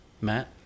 Matt